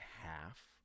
half